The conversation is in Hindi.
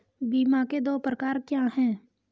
बीमा के दो प्रकार क्या हैं?